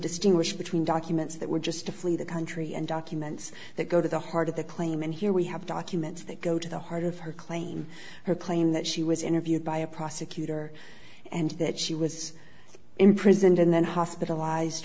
distinguish between documents that were just to flee the country and documents that go to the heart of the claim and here we have documents that go to the heart of her claim her claim that she was interviewed by a prosecutor and that she was imprisoned and then hospitalized